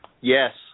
yes